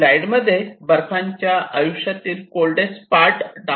slide मध्ये बर्फाच्या आयुष्यातील कोल्डेस्ट पार्ट दाखविला आहे